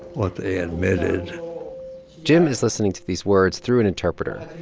what they admitted jim is listening to these words through an interpreter.